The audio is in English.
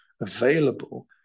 available